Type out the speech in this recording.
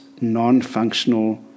non-functional